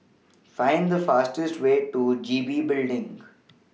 Find The fastest Way to G B Building